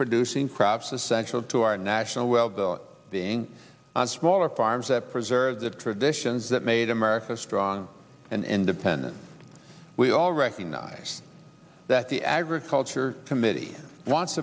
producing crops essential to our national well being on smaller farms that preserve the traditions that made america strong and independent we all recognize that the agriculture committee wants